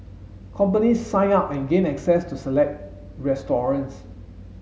companies sign up and gain access to select restaurants